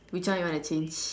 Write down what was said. which one you wanna change